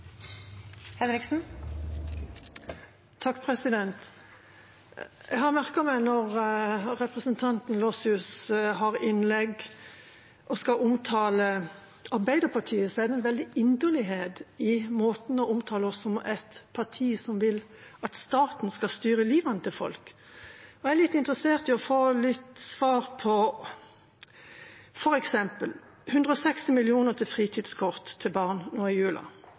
det en veldig inderlighet i måten å omtale oss på, som et parti som vil at staten skal styre livet til folk. Jeg er litt interessert i å få svar på et spørsmål. For eksempel 160 mill. kr til fritidsaktiviteter til barn nå i jula,